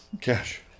Cash